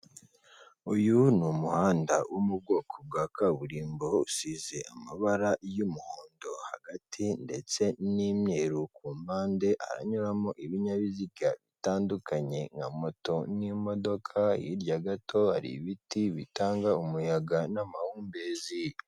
Uyu ni umuhanda wo mu bwoko bwa kaburimbo usize amabara y'umuhondo hagati ndetse n'imyeru, ku mpande haranyuramo ibinyabiziga bitandukanye nka moto n'imodoka, hirya gato hari ibiti bitanga umuyaga n'amahumbezi.